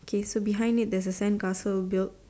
okay so behind it there's a sandcastle built